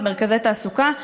ומרכזי תעסוקה,